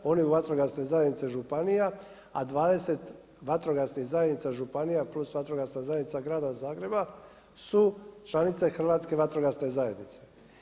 Oni u vatrogasnoj zajednici županije, a 20 vatrogasnih zajednica županija plus vatrogasna zajednica Grada Zagreba, su članice Hrvatske vatrogasne zajednice.